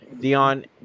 Dion